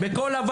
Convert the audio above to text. מה עם